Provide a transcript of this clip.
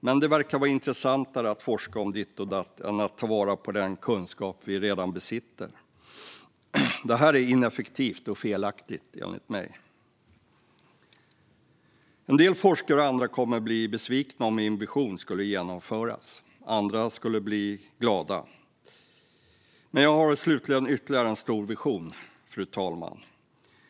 Men det verkar vara mer intressant att forska om ditt och datt än att ta vara på den kunskap vi redan besitter. Det är ineffektivt och felaktigt, enligt mig. En del forskare och andra kommer att bli besvikna om min vision skulle genomföras; andra kommer att bli glada. Men jag har slutligen ytterligare en stor vision, fru talman.